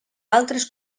altres